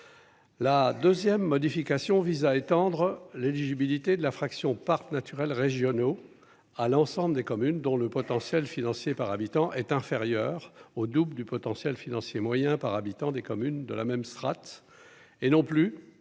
la 2ème modification vise à étendre l'éligibilité de la fraction parcs naturels régionaux à l'ensemble des communes dont le potentiel financier par habitant est inférieur au double du potentiel financier moyen par habitant des communes de la même strate et non plus des seuls communes dont